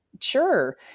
sure